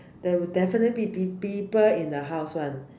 there will definitely be people in the house [one]